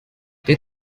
der